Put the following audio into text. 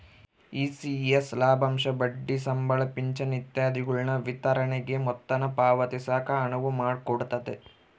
ECS ಲಾಭಾಂಶ ಬಡ್ಡಿ ಸಂಬಳ ಪಿಂಚಣಿ ಇತ್ಯಾದಿಗುಳ ವಿತರಣೆಗೆ ಮೊತ್ತಾನ ಪಾವತಿಸಾಕ ಅನುವು ಮಾಡಿಕೊಡ್ತತೆ